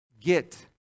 get